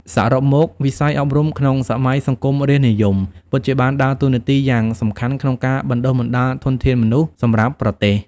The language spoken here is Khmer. សរុបមក វិស័យអប់រំក្នុងសម័យសង្គមរាស្រ្តនិយមពិតជាបានដើរតួនាទីយ៉ាងសំខាន់ក្នុងការបណ្តុះបណ្តាលធនធានមនុស្សសម្រាប់ប្រទេស។